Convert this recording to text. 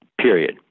period